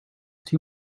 too